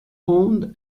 owned